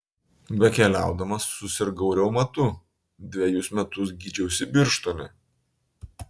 bekeliaudamas susirgau reumatu dvejus metus gydžiausi birštone